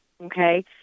okay